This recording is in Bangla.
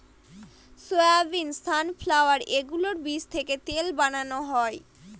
সয়াবিন, সানফ্লাওয়ার এগুলোর বীজ থেকে তেল বানানো হয়